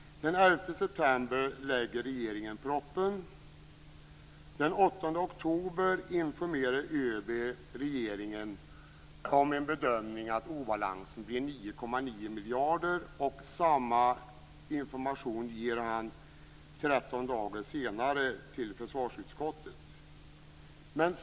Den 11 september lägger regeringen fram proppen. Den 8 oktober informerar ÖB regeringen om en bedömning av att obalansen blir 9,9 miljarder. Samma information ger han 13 dagar senare till försvarsutskottet.